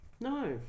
No